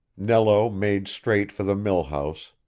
nello made straight for the mill-house,